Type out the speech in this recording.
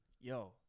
Yo